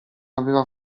aveva